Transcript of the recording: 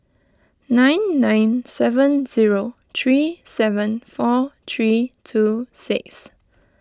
nine nine seven zero three seven four three two six